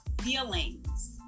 feelings